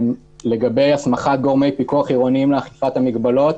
לגבי הסמכת גורמי פיקוח עירוניים לאכיפת המגבלות,